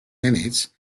minutes